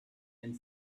and